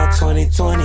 2020